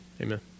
Amen